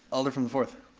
alder from the fourth.